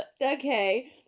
okay